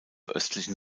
östlichen